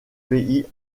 pays